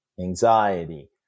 anxiety